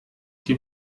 die